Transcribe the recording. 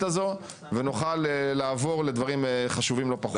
הזו ונוכל לעבור לדברים חשובים לא פחות.